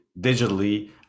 digitally